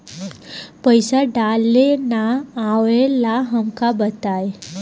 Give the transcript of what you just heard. पईसा डाले ना आवेला हमका बताई?